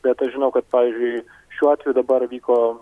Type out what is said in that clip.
bet aš žinau kad pavyzdžiui šiuo atveju dabar vyko